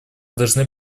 должны